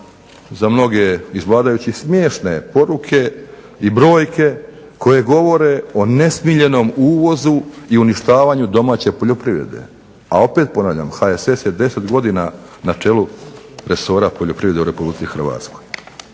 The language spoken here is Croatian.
za mnoge iz vladajućih smiješne poruke i brojke koje govore o nesmiljenom uvozu i uništavanju domaće poljoprivrede. A opet ponavljam HSS je 10 godina na čelu resora poljoprivrede u RH. Sami podaci o